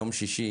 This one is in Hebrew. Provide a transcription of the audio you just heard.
יום שישי